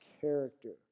character